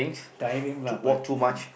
tiring lah but